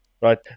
right